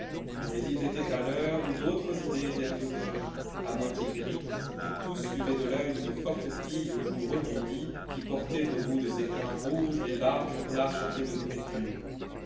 mais ils étaient à l'heure où d'autres idées viennent aux hommes à moitié gris et tous suivaient de l'œil une forte fille aux joues rebondies qui portait au bout de ses poings rouges les larges plats chargés de nourritures